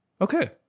Okay